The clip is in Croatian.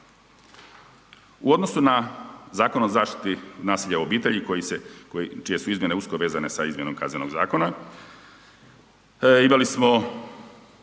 U odnosu na Zakon o zaštiti nasilja u obitelji čije su izmjene usko vezane sa izmjenom KZ-a. Imali smo